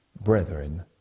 brethren